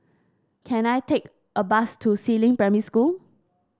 can I take a bus to Si Ling Primary School